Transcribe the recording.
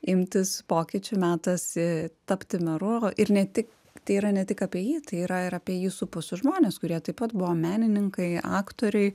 imtis pokyčių metasni tapti meru ir ne tik tai yra ne tik apie jį tai yra ir apie jį supusius žmones kurie taip pat buvo menininkai aktoriai